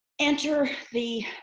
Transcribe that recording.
enter the